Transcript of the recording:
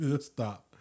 Stop